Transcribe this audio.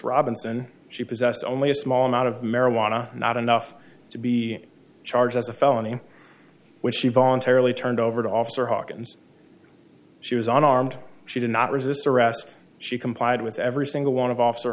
robinson she possessed only a small amount of marijuana not enough to be charged as a felony which she voluntarily turned over to officer hawkins she was on armed she did not resist arrest she complied with every single one of officer